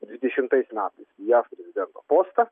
dvidešimtais metais į jav prezidento postą